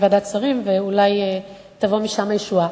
ועדת השרים, ואולי תבוא משם הישועה.